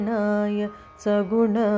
Saguna